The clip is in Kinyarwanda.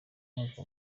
mwaka